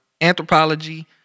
anthropology